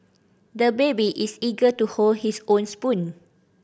the baby is eager to hold his own spoon